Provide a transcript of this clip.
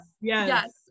yes